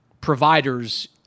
providers